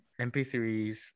MP3s